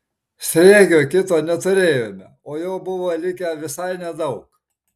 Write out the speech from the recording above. sriegio kito neturėjome o jo buvo likę visai nedaug